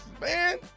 man